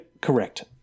Correct